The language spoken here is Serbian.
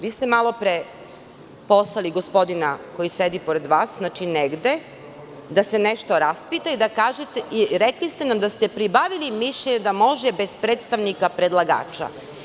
Vi ste malo pre poslali gospodina koji sedi pored vas, znači, negde da se nešto raspita i rekli ste nam da ste pribavili mišljenje da može bez predstavnika predlagača.